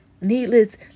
needless